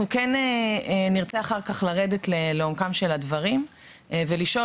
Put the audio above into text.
אנחנו נרצה אחר כך לרדת לעומקם של הדברים ולשאול